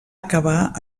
acabar